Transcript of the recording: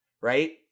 right